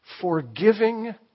forgiving